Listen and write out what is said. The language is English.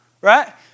right